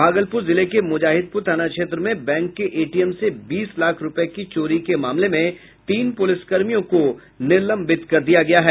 भागलपुर जिले के मुजाहिदपुर थाना क्षेत्र में बैंक के एटीएम से बीस लाख रुपये की चोरी के मामले में तीन पुलिसकर्मियों को निलंबित कर दिया गया है